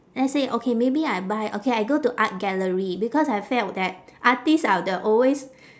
let's say okay maybe I buy okay I go to art gallery because I felt that artists are the always